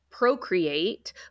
Procreate